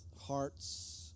hearts